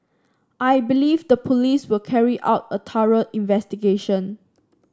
I believe the police will carry out a thorough investigation